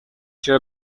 چرا